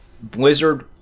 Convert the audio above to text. blizzard